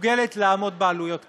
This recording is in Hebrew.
מסוגלת לעמוד בעלויות כאלה?